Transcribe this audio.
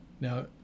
Now